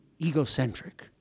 egocentric